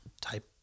type